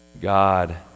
God